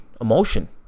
emotion